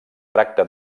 tracta